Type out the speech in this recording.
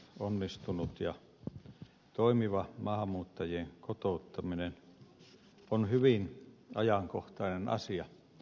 onnistunut ja toimiva maahanmuuttajien kotouttaminen on hyvin ajankohtainen asia